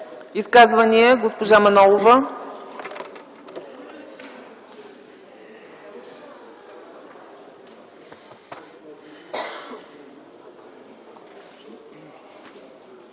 изказвания? Госпожо Манолова.